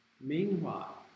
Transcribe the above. Meanwhile